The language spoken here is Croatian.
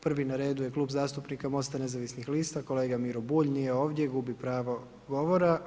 Prvi na redu je Klub zastupnika Mosta nezavisnih lista, kolega Miro Bulj, nije ovdje, gubi pravo govora.